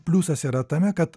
pliusas yra tame kad